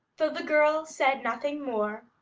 though the girl said nothing more,